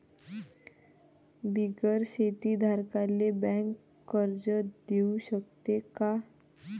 बिगर शेती धारकाले बँक कर्ज देऊ शकते का?